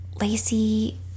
Lacey